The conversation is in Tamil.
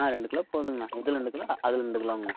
ஆ ரெண்டு கிலோ போதுங்கண்ணா இதில் ரெண்டு கிலோ அதில் ரெண்டு கிலோங்கண்ணா